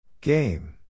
Game